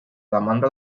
demanda